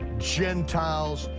gentiles,